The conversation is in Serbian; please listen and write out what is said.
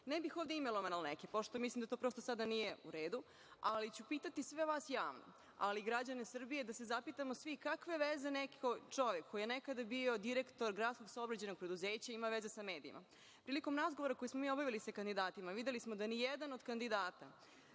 bih ovde imenovala neke, pošto mislim da to prosto sada nije u redu, ali ću pitati sve vas javno, a i građane Srbije, da se zapitamo svi kakve veze ima čovek koji je nekada bio direktor gradskog saobraćajnog preduzeća sa medijima? Prilikom razgovora koji smo mi obavili sa kandidatima, videli smo da se nijedan od kandidata